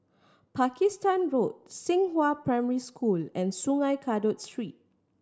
Pakistan Road Xinghua Primary School and Sungei Kadut Street